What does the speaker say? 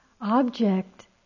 object